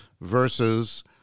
versus